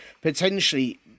potentially